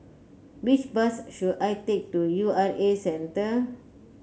which bus should I take to U R A Centre